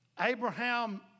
Abraham